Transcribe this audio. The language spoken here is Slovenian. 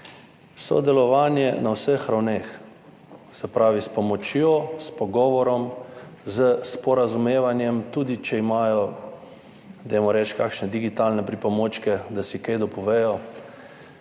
Sodelovanje na vseh ravneh. Se pravi, s pomočjo, s pogovorom, s sporazumevanjem, tudi če imajo, dajmo reči, kakšne digitalne pripomočke, da si kaj dopovejo,